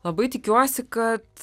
labai tikiuosi kad